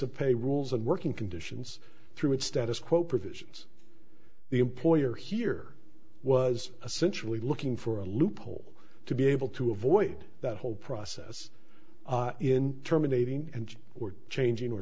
of pay rules and working conditions through its status quo provisions the employer here was a centrally looking for a loophole to be able to avoid that whole process in terminating and or changing or